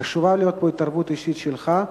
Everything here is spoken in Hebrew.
חשובה פה התערבות אישית שלך,